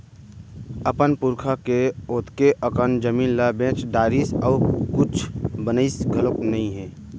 अपन पुरखा के ओतेक अकन जमीन ल बेच डारिस अउ कुछ बनइस घलोक नइ हे